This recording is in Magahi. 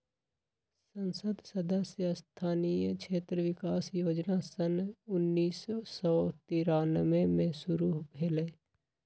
संसद सदस्य स्थानीय क्षेत्र विकास जोजना सन उन्नीस सौ तिरानमें में शुरु भेलई